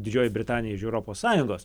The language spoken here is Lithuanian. didžioji britanija iš europos sąjungos